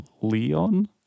Leon